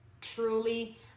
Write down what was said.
truly